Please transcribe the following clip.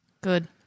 Good